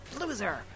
loser